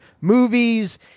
movies